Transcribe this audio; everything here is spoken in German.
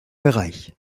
bereich